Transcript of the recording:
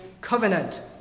covenant